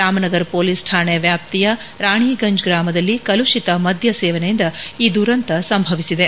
Ramanagar police ಠಾಣೆ ವ್ಯಾಪ್ತಿಯ ರಾಣಿಗಂಜ್ ಗ್ರಾಮದಲ್ಲಿ ಕಲುಡಿತ ಮದ್ಯ ಸೇವನೆಯಿಂದ ಈ ದುರಂತ ಸಂಭವಿಸಿದೆ